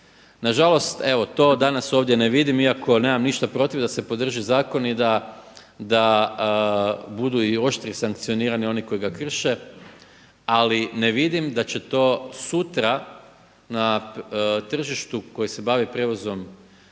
Nažalost evo to danas ovdje ne vidim iako nemam ništa protiv da se podrži zakon i da budu i oštri i sankcionirani oni koji ga krše ali ne vidim da će to sutra na tržištu koji se bavi prijevozom